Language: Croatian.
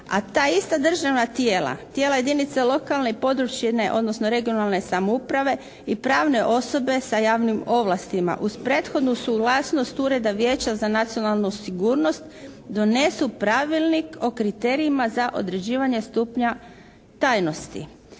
A ta ista državna tijela, tijela jedinica lokalne i područne odnosno regionalne samouprave i pravne osobe sa javnim ovlastima uz prethodnu suglasnost Ureda Vijeća za nacionalnu sigurnost donesu pravilnik o kriterijima za određivanje stupnja tajnosti.